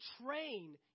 train